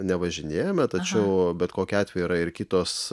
nevažinėjame tačiau bet kokiu atveju yra ir kitos